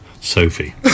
Sophie